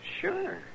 sure